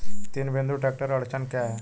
तीन बिंदु ट्रैक्टर अड़चन क्या है?